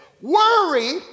Worry